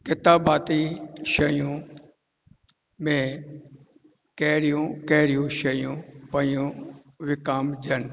क़िताबाती शयूं में कहिड़ियूं कहिड़ियूं शयूं पियूं विकामिजनि